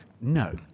No